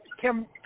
Kim